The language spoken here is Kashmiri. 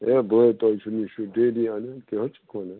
ہے بہٕ ہاے تۄہہِ چھُ نِش چھُس ڈیلی اَنان کیٛاہ حظ چھیٚک وَنان